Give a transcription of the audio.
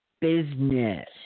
Business